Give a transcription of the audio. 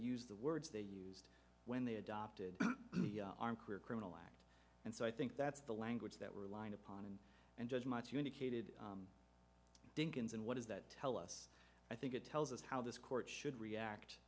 use the words they used when they adopted the career criminal act and so i think that's the language that we're line upon and and judge much you indicated dinkins and what does that tell us i think it tells us how this court should react